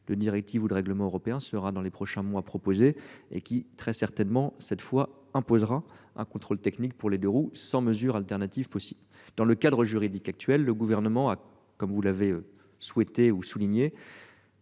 de directive ou de règlement européen sera dans les prochains mois proposée et qui très certainement cette fois imposera un contrôle technique pour les deux-roues sans mesures alternative possible dans le cadre juridique actuel, le gouvernement a, comme vous l'avez souhaité ou souligné.